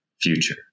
future